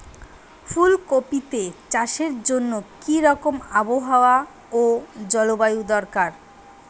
ফুল কপিতে চাষের জন্য কি রকম আবহাওয়া ও জলবায়ু দরকার?